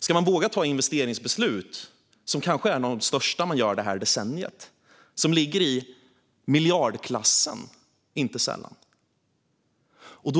Ska de våga ta investeringsbeslut som kanske är ett av de största som de gör detta decennium och som inte sällan ligger i miljardklassen